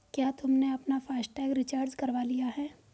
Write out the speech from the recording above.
क्या तुमने अपना फास्ट टैग रिचार्ज करवा लिया है?